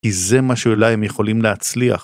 כי זה מה שאולי הם יכולים להצליח.